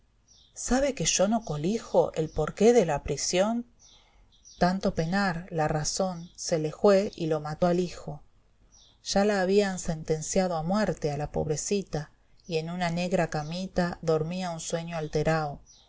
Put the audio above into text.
sabe que yo no colijo el por qué de la prisión tanto penar la razón se le jué y lo mató al hijo ya la habian sentenciao a muerte a la pobrecita y en una negra camita dormía un sueño alterao